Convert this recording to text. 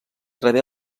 rebé